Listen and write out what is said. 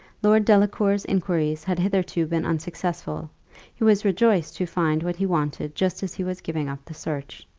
lord delacour's inquiries had hitherto been unsuccessful he was rejoiced to find what he wanted just as he was giving up the search.